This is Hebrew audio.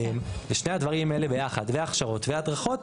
ושני הדברים האלה ביחד וההכשרות והדרכות